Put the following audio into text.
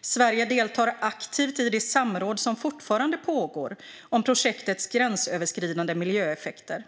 Sverige deltar aktivt i det samråd som fortfarande pågår om projektets gränsöverskridande miljöeffekter.